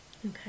okay